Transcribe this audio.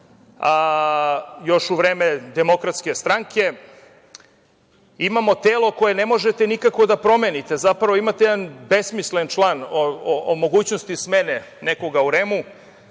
još u vreme DS, imamo telo koje ne možete nikako da promenite, Zapravo, imate jedan besmislen član o mogućnosti smene nekoga u REM-u,